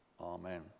Amen